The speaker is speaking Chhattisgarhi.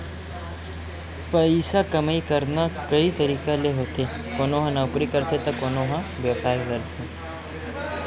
पइसा कमई करना कइ तरिका ले होथे कोनो ह नउकरी करथे त कोनो ह बेवसाय करथे